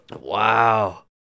Wow